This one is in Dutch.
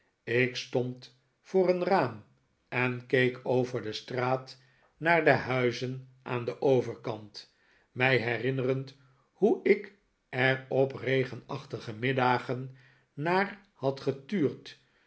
ik stond voor een raam en keek over de straat naar de huizen aan den overkant mij herinnerend hoe ik er op regenachtige middagen naar had getuurd